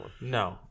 No